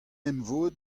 emvod